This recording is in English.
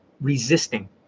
resisting